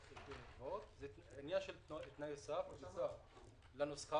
קבועות אלא עניין של תנאי סף שהוכנסו לנוסחה.